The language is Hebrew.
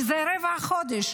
שזה רבע חודש,